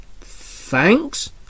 Thanks